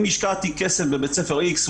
אם השקעתי כסף בבית ספר X,